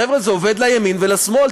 חבר'ה, זה עובד לימין ולשמאל.